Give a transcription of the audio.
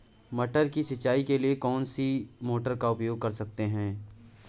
मटर की सिंचाई के लिए कौन सी मोटर का उपयोग कर सकते हैं?